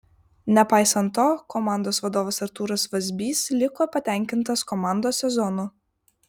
nepaisant to komandos vadovas artūras vazbys liko patenkintas komandos sezonu